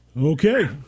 okay